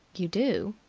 you do?